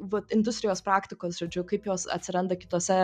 vat industrijos praktikos žodžiu kaip jos atsiranda kitose